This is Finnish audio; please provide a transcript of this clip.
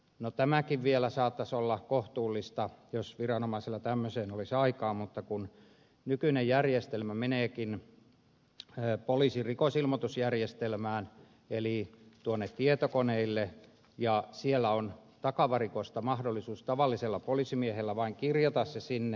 no tämäkin vielä saattaisi olla kohtuullista jos viranomaisilla tämmöiseen olisi aikaa mutta nykyinen järjestelmä meneekin poliisin rikosilmoitusjärjestelmään eli tietokoneille ja siellä on takavarikosta mahdollisuus tavallisella poliisimiehellä vain kirjata se sinne